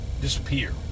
disappear